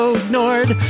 ignored